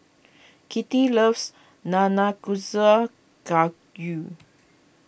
Kitty loves Nanakusa Gayu